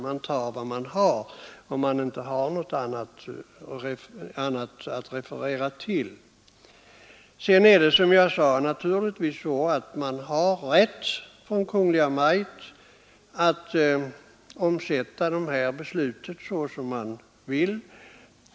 Man tar vad man har, om man inte har något annat att referera till. Naturligtvis har, som jag sade, Kungl. Maj:t rätt att omsätta riksdagsbeslutet i handling såsom man vill.